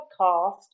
podcast